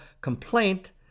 complaint